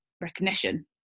recognition